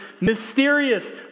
mysterious